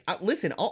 listen